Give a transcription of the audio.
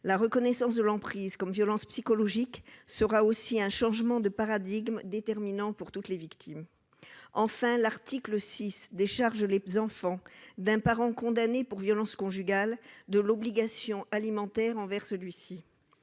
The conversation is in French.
La reconnaissance de l'emprise comme violence psychologique sera aussi un changement de paradigme déterminant pour toutes les victimes. L'article 6 décharge les enfants d'un parent condamné pour violences conjugales de l'obligation alimentaire envers celui-ci.